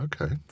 Okay